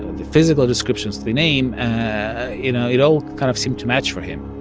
the physical descriptions, the name you know, it all kind of seemed to match for him